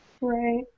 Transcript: Right